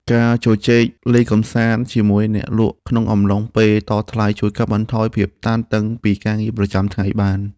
ការជជែកលេងកម្សាន្តជាមួយអ្នកលក់ក្នុងអំឡុងពេលតថ្លៃជួយកាត់បន្ថយភាពតានតឹងពីការងារប្រចាំថ្ងៃបាន។